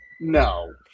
No